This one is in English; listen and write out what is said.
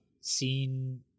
seen